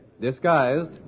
disguised